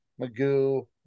Magoo